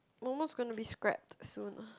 Momo is gonna be scrapped soon